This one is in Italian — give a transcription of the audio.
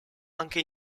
anche